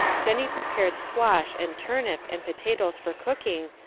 jennie prepared squash, and turnip, and potatoes for cooking,